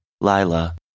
Lila